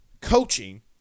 Coaching